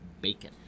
BACON